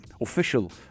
official